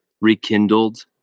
rekindled